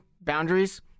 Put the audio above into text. Boundaries